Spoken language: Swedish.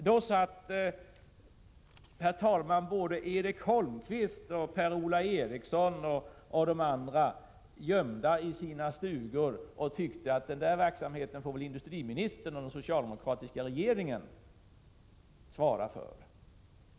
Då satt både Erik Holmkvist och Per-Ola Eriksson och de andra gömda i sina stugor och tyckte att den där verksamheten får industriministern och den socialdemokratiska regeringen svara för.